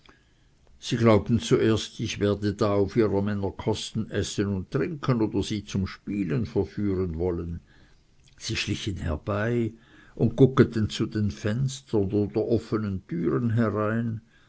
sie glaubten zuerst ich werde da auf ihrer männer kosten essen und trinken oder sie zum spielen verführen wollen sie schlichen herbei und guggeten zu den fenstern oder offenen türen herein